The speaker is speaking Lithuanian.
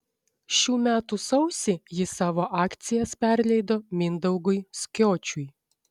šių metų sausį ji savo akcijas perleido mindaugui skiočiui